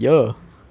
oh my god